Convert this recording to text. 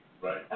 Right